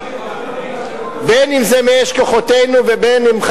אם מאש כוחותינו ואם,